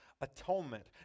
atonement